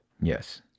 Yes